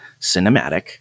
cinematic